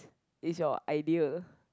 is your ideal